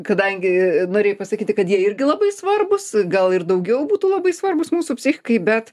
kadangi norėjai pasakyti kad jie irgi labai svarbūs gal ir daugiau būtų labai svarbūs mūsų psichikai bet